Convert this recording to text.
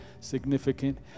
significant